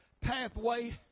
pathway